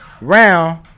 round